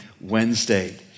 Wednesday